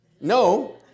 No